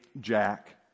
jack